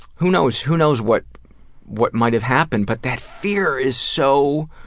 who knows who knows what what might have happened, but that fear is so